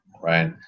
right